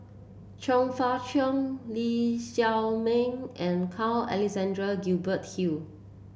Chong Fah Cheong Lee Shao Meng and Carl Alexander Gibson Hill